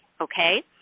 Okay